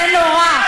זה נורא.